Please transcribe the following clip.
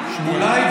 אולי,